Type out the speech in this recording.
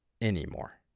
anymore